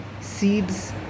seeds